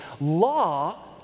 Law